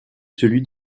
celui